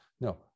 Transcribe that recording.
No